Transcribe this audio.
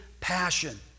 passion